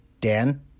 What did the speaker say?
Dan